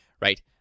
right